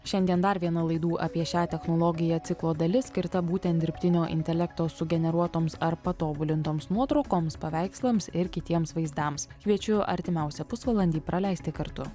šiandien dar viena laidų apie šią technologiją ciklo dalis skirta būtent dirbtinio intelekto sugeneruotoms ar patobulintoms nuotraukoms paveikslams ir kitiems vaizdams kviečiu artimiausią pusvalandį praleisti kartu